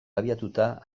abiatuta